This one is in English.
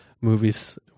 movies